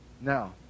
Now